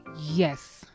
Yes